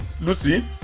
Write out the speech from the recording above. Lucy